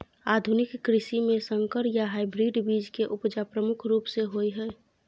आधुनिक कृषि में संकर या हाइब्रिड बीज के उपजा प्रमुख रूप से होय हय